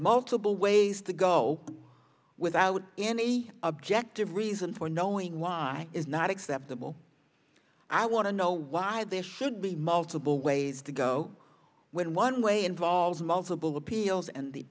multiple ways to go without any objective reason for knowing why is not acceptable i want to know why they should be multiple ways to go when one way involves multiple appeals and the